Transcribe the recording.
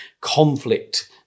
conflict